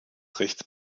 recht